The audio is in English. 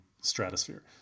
stratosphere